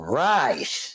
right